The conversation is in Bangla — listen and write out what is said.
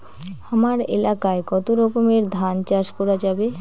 হামার এলাকায় কতো রকমের ধান চাষ করা যাবে?